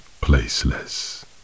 placeless